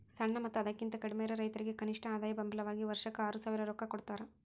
ಸಣ್ಣ ಮತ್ತ ಅದಕಿಂತ ಕಡ್ಮಿಯಿರು ರೈತರಿಗೆ ಕನಿಷ್ಠ ಆದಾಯ ಬೆಂಬಲ ವಾಗಿ ವರ್ಷಕ್ಕ ಆರಸಾವಿರ ರೊಕ್ಕಾ ಕೊಡತಾರ